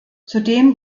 zudem